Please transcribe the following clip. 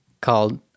called